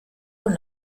con